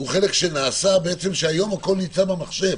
נעשה היום במחשב.